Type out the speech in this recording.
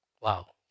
Wow